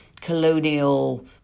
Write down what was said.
colonial